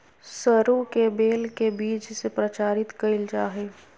सरू के बेल के बीज से प्रचारित कइल जा हइ